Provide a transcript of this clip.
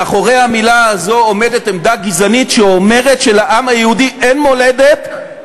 מאחורי המילה הזו עומדת עמדה גזענית שאומרת שלעם היהודי אין מולדת,